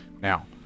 Now